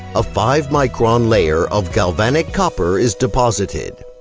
a five micron layer of galvanic copper is deposited.